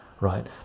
right